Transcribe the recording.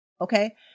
okay